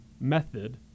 method